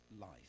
life